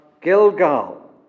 Gilgal